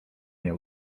nie